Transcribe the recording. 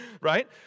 right